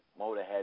Motorhead